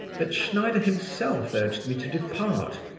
that schneider himself urged me to depart.